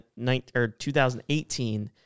2018